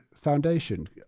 foundation